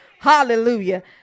Hallelujah